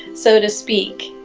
so to speak.